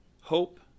hope